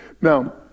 Now